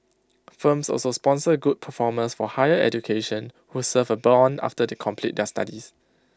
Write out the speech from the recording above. firms also sponsor good performers for higher education who serve A Bond after they complete their studies